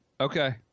Okay